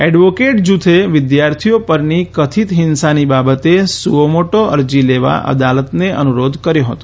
એડવોકેટના જૂથે વિદ્યાર્થીઓ પરની કથિત હીંસાની બાબતે સુઓમોટો અરજી લેવા અદાલતને અનુરોધ કર્યો હતો